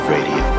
Radio